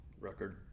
record